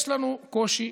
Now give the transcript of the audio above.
יש לנו קושי,